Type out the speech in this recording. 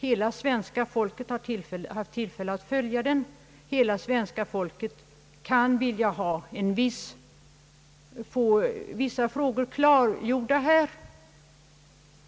Hela svenska folket har haft tillfälle att följa den. Hela svenska folket kan vilja få vissa frågor klargjorda.